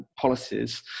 policies